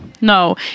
no